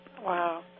Wow